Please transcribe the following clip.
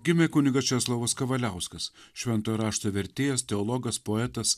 gimė kunigas česlovas kavaliauskas šventojo rašto vertėjas teologas poetas